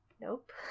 Nope